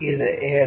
ഇത് a